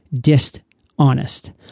dishonest